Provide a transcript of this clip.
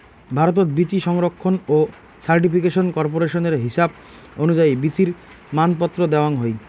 ভারতত বীচি সংরক্ষণ ও সার্টিফিকেশন কর্পোরেশনের হিসাব অনুযায়ী বীচির মানপত্র দ্যাওয়াং হই